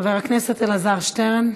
חבר הכנסת אלעזר שטרן,